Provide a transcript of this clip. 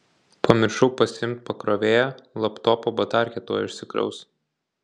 pamiršau pasiimt pakrovėją laptopo batarkė tuoj išsikraus